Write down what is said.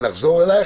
ונחזור אלייך,